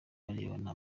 barebana